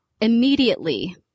immediately